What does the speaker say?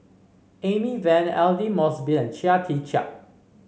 Amy Van Aidli Mosbit and Chia Tee Chiak